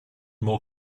more